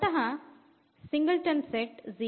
ಸ್ವತಃ ಸೆಟ್ 0